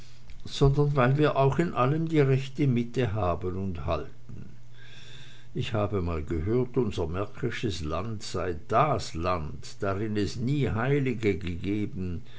sondern weil wir auch in allem die rechte mitte haben und halten ich habe mal gehört unser märkisches land sei das land drin es nie heilige gegeben